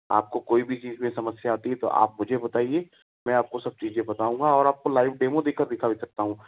आपको कोई भी चीज़ समस्या आती है तो आप मुझे बताइए मैं आपको सब चीज़ बताऊंगा और आपको लाइव डेमो देकर दिखा सकता हूँ